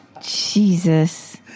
Jesus